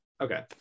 okay